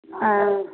ಹಾಂ